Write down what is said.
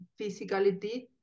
physicality